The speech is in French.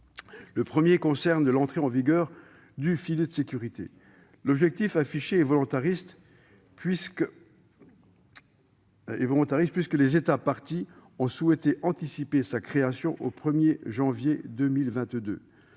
Le premier concerne l'entrée en vigueur du filet de sécurité. L'objectif affiché est volontariste, puisque les États parties ont souhaité avancer sa création au 1 janvier 2022.